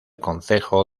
concejo